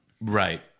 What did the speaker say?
Right